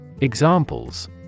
Examples